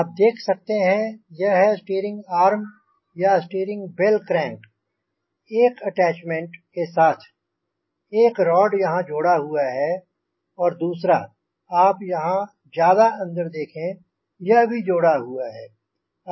आप देख सकते हैं यह है स्टीरिंग आर्म या स्टीरिंग बेल क्रैंक एक अटैच्मेंट के साथ एक रॉड यहाँ जोड़ा हुआ और दूसरा आप यहाँ ज़्यादा अंदर देखें यह भी जोड़ा हुआ है